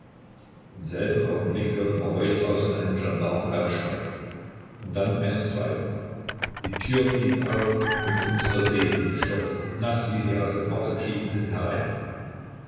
im selben augenblick hört maroi draußen einen gendarmen aufschreien und dann einen zweiten die tür fliegt auf und unsere seehunde stürzen naß wie sie aus dem wasser gestiegen sind herein